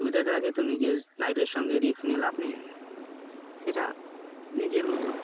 সুবিধাটাকে তো নিজের লাইফের সঙ্গে রিস্ক লাভ নেই সেটা নিজের মতো